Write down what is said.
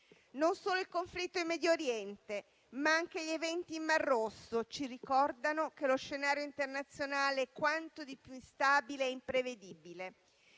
Non solo il conflitto in Medio Oriente, ma anche gli eventi in Mar Rosso ci ricordano che lo scenario internazionale è quanto di più instabile e imprevedibile.